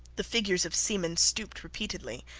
the figures of seamen stooped repeatedly,